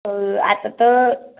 आता तर